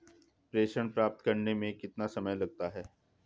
प्रेषण प्राप्त करने में कितना समय लगता है?